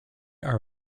are